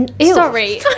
Sorry